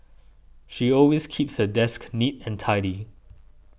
she always keeps her desk neat and tidy